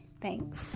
Thanks